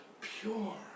pure